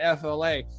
FLA